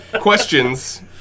questions